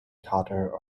carter